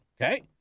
Okay